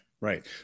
Right